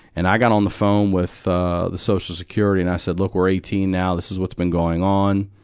and i got on the phone with ah the social security and i said, look. we're eighteen now. this is what's been going on.